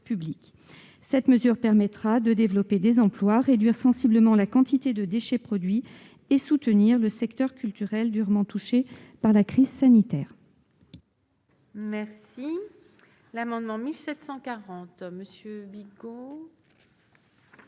Cette mesure permettrait de développer des emplois, de réduire sensiblement la quantité de déchets produits et de soutenir le secteur culturel, durement touché par la crise sanitaire. La parole est à Mme Martine